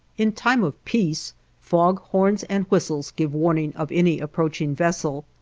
in time of peace fog horns and whistles give warning of any approaching vessel,